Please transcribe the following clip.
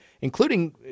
including